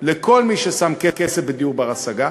לכל מי ששם כסף בדיור בר-השגה,